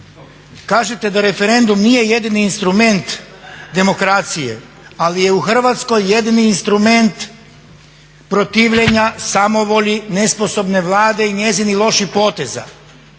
Kažete da referendum nije jedini instrument demokracije, ali je u Hrvatskoj jedini instrument protivljenja samovolji nesposobne Vlade i njezinih loših poteza.